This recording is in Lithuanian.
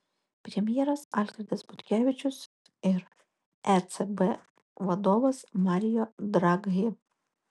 premjeras algirdas butkevičius ir ecb vadovas mario draghi